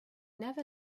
never